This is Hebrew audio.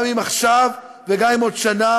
גם אם עכשיו וגם אם עוד שנה,